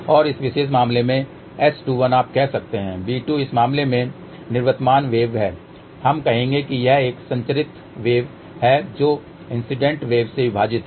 और इस विशेष मामले में S21 आप कह सकते हैं b2 इस मामले में निवर्तमान वेव है हम कहेंगे कि यह एक संचरित वेव है जो इंसिडेंट वेव से विभाजित है